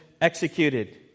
executed